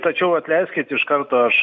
tačiau atleiskit iš karto aš